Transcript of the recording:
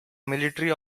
military